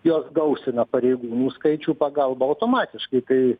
jos gausina pareigūnų skaičių pagalba automatiškai tai